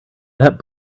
that